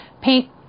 paint